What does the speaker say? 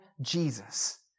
Jesus